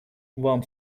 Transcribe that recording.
вам